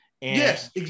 Yes